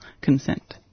consent